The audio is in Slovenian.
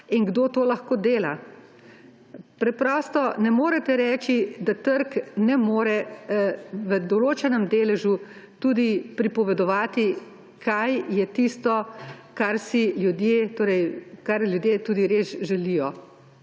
in kdo to lahko dela. Preprosto ne morete reči, da trg ne more v določenem deležu tudi pripovedovati, kaj je tisto, kar ljudje tudi res želijo.